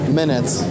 minutes